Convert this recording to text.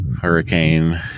Hurricane